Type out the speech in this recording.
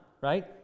right